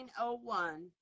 1901